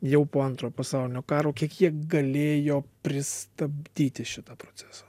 jau po antro pasaulinio karo kiek galėjo pristabdyti šitą procesą